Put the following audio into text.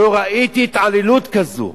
לא ראיתי התעללות כזאת.